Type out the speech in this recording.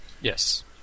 Yes